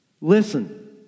Listen